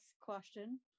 question